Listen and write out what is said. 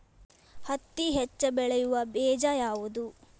ಹತ್ತಿ ಹೆಚ್ಚ ಬೆಳೆಯುವ ಬೇಜ ಯಾವುದು?